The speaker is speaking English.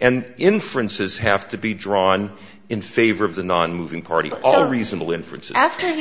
and inferences have to be drawn in favor of the nonmoving party all reasonable inference after